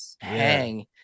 hang